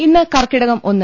ഇന്ന് കർക്കിടകം ഒന്ന്